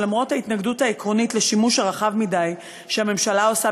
שלמרות ההתנגדות העקרונית לשימוש הרחב מדי שהממשלה עושה